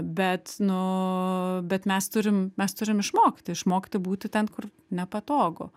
bet nu bet mes turim mes turim išmokti išmokti būti ten kur nepatogu